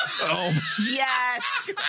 Yes